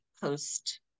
post